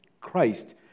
Christ